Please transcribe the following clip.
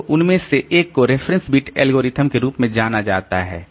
तो उनमें से एक को रेफरेंस बिट एल्गोरिथ्म के रूप में जाना जाता है